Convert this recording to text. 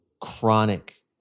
chronic